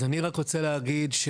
אז אני רוצה להודות,